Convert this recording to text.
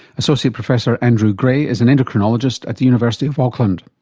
associate professor andrew grey is an endocrinologist at the university of auckland.